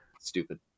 stupid